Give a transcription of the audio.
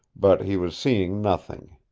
but he was seeing nothing.